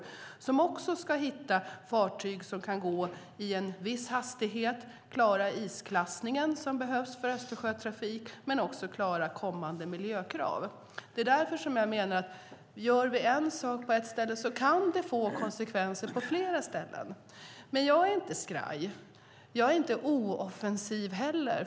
Dessa ska också hitta fartyg som kan gå i en viss hastighet, klara isklassningen för Östersjötrafik och klara kommande miljökrav. Det är därför som jag menar att gör vi en sak på ett ställe kan det få konsekvenser på flera andra ställen. Jag är inte skraj, och jag är inte ooffensiv heller.